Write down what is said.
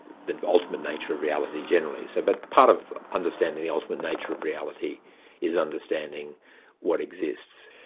the ultimate nature of reality generally. so but part of understanding the ultimate nature of reality is understanding what exists.